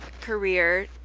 career